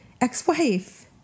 ex-wife